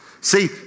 See